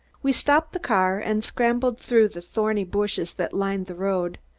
we stopped the car and scrambled through the thorny bushes that lined the road.